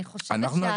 אני חושבת שהיום.